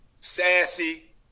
sassy